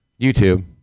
YouTube